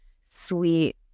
sweet